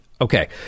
Okay